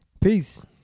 peace